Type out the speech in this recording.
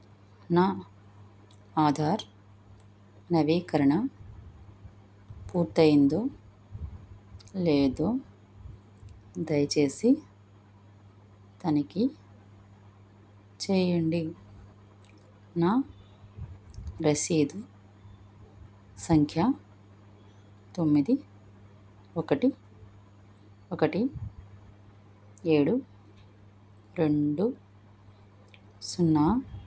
నా ఆధార్ నవీకరణ పూర్తయిందో లేదో దయచేసి తనిఖీ చేయండి నా రసీదు సంఖ్య తొమ్మిది ఒకటి ఒకటి ఏడు రెండు సున్నా